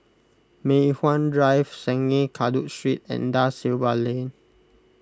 Mei Hwan Drive Sungei Kadut Street and Da Silva Lane